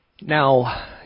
Now